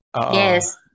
Yes